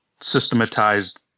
systematized